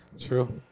True